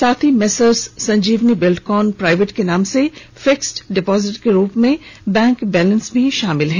साथ ही messrs Sanjeevani Buildcon private के नाम से फिक्स्ड डिपॉजिट के रूप में बैंक बैलेंस भी शामिल है